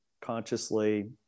consciously